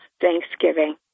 thanksgiving